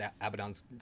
Abaddon's